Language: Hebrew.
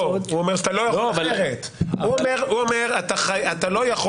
הוא אומר שאתה לא יכול.